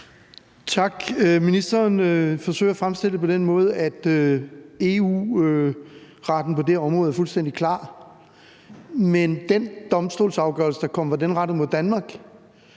Tak. Ministeren forsøger at fremstille det på den måde, at EU-retten på det her område er fuldstændig klar. Men var den domstolsafgørelse, der kom, den rettet mod Danmark,